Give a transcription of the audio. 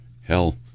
hell